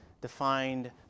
defined